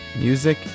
Music